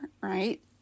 right